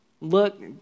Look